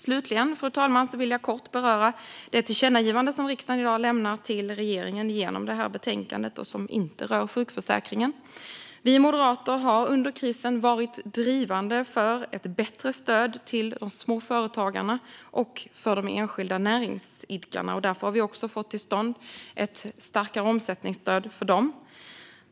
Slutligen, fru talman, vill jag kort beröra det tillkännagivande som riksdagen i dag lämnar till regeringen genom det här betänkandet och som inte rör sjukförsäkringen. Vi moderater har under krisen varit drivande för ett bättre stöd till småföretagarna och de enskilda näringsidkarna. Därför har vi också fått till stånd ett starkare omsättningsstöd för dem.